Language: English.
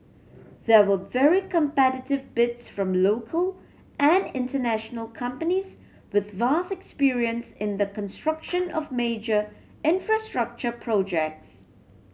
there were very competitive bids from local and international companies with vast experience in the construction of major infrastructure projects